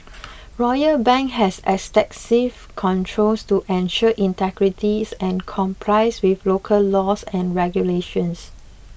Royal Bank has extensive controls to ensure integrity and complies with local laws and regulations